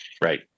Right